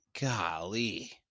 Golly